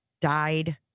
died